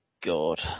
god